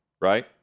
right